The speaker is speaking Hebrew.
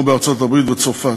כמו ארצות-הברית וצרפת,